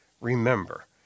remember